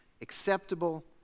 acceptable